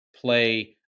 play